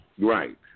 Right